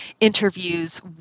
interviews